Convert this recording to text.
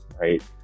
right